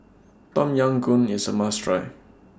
Tom Yam Goong IS A must Try